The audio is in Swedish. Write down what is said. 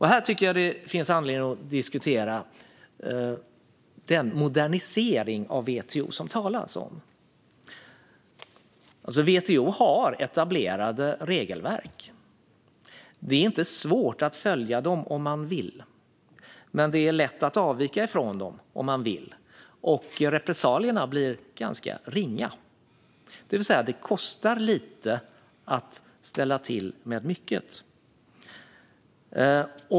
Här tycker jag att det finns anledning att diskutera den modernisering av WTO som det talas om. WTO har etablerade regelverk, och det är inte svårt att följa dem om man vill. Det är dock lätt att avvika från dem om man vill, och repressalierna blir ganska ringa. Det kostar alltså lite att ställa till med mycket.